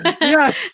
Yes